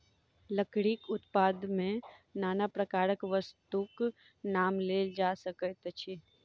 लकड़ीक उत्पाद मे नाना प्रकारक वस्तुक नाम लेल जा सकैत अछि